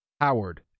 Howard